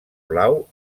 blau